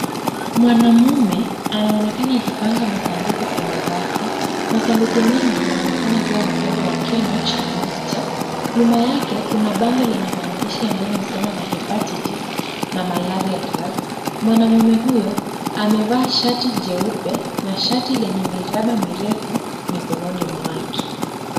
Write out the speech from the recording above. Mwanamume anaonekana akipanga masanduku kwenye rafu. Masanduku mengi yanaonekana kiwa na lebo ya kenoch na mixture. Nyuma yakenkuna bango lenye maandishi inayohusiana na hepatitis na malaria drug. Mwanamume huyo amevaa shati jeupe na shati lenye Miraba mirefu mikononi mwake.